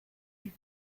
die